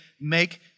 make